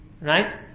Right